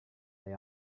they